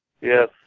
Yes